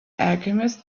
alchemist